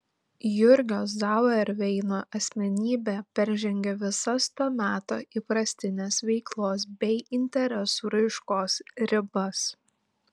jurgio zauerveino asmenybė peržengė visas to meto įprastines veiklos bei interesų raiškos ribas